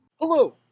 Hello